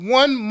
one